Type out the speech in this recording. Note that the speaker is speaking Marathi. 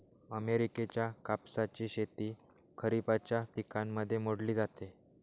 अमेरिकेच्या कापसाची शेती खरिपाच्या पिकांमध्ये मोडली जाते